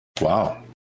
wow